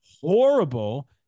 horrible